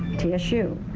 the issue.